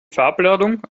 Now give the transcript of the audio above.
farbladung